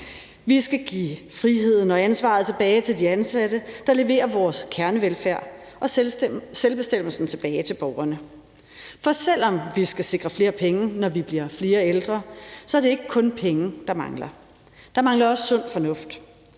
Vi skal give friheden og ansvaret tilbage til de ansatte, der leverer vores kernevelfærd, og vi skal give selvbestemmelsen tilbage til borgerne. For selv om vi skal sikre flere penge, når vi bliver flere ældre, er det ikke kun penge, der mangler. Der mangler også sund fornuft.